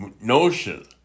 notion